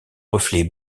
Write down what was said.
reflets